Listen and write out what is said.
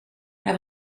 hij